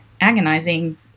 agonizing